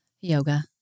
Yoga